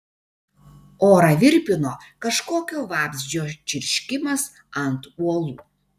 orą virpino kažkokio vabzdžio čirškimas ant uolų